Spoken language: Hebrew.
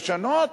לשנות